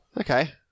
Okay